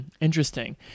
interesting